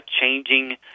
changing